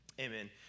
Amen